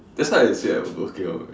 that's why I said I working out